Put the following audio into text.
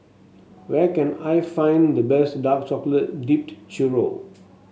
where can I find the best Dark Chocolate Dipped Churro